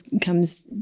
comes